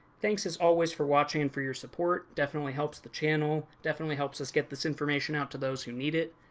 thanks as always for watching and for your support. definitely helps the channel. definitely helps us get this information out to those who need it.